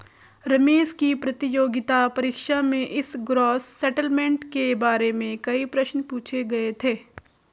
रमेश की प्रतियोगिता परीक्षा में इस ग्रॉस सेटलमेंट के बारे में कई प्रश्न पूछे गए थे